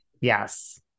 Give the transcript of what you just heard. yes